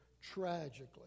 tragically